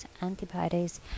antibodies